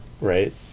right